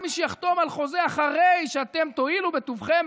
זה רק למי שיחתום על חוזה אחרי שאתם תואילו בטובכם,